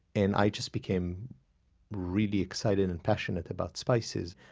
and i just became really excited and passionate about spices.